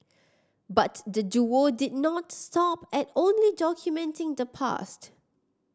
but the duo did not stop at only documenting the past